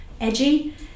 edgy